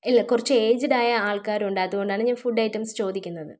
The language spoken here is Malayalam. ഇല്ല കുറച്ച് എയ്ജ്ഡ് ആയ ആൾക്കാരുണ്ട് അതുകൊണ്ടാണ് ഞാൻ ഫുഡ് ഐറ്റംസ് ചോദിക്കുന്നത്